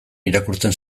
irakurtzen